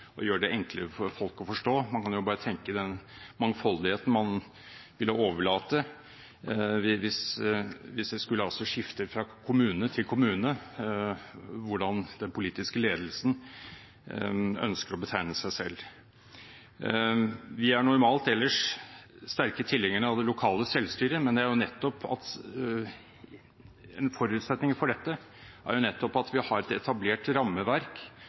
gjøre det enklere for folk å forstå. Man kan jo bare tenke seg den mangfoldigheten man ville få hvis det skulle skifte fra kommune til kommune hvordan den politiske ledelsen ønsker å betegne seg selv. Vi er normalt ellers sterke tilhengere av det lokale selvstyret, men en forutsetning for dette er jo nettopp at vi har et etablert rammeverk